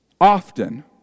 Often